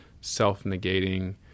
self-negating